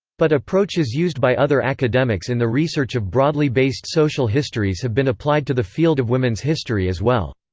but approaches used by other academics in the research of broadly based social histories have been applied to the field of women's history as well.